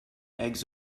eggs